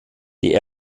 die